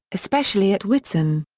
especially at whitsun.